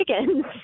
chickens